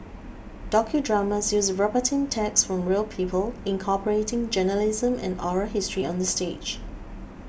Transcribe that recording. docudramas use verbatim text from real people incorporating journalism and oral history on the stage